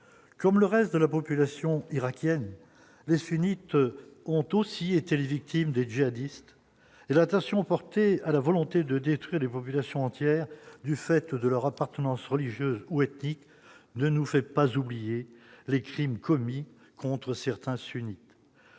comme le reste de la population irakienne, les sunnites ont aussi été les victimes des djihadistes et l'attention portée à la volonté de détruire des populations entières du fait de leur appartenance religieuse ou ethnique ne nous fait pas oublier les crimes commis contre certains sunnites,